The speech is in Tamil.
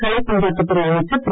கலை பண்பாட்டுத் துறை அமைச்சர் திரு